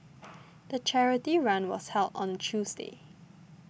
the charity run was held on Tuesday